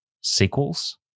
sequels